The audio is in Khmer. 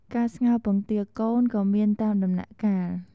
ការស្ងោរពងទាកូនក៏មានតាមដំណាក់កាល។